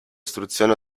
istruzione